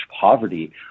poverty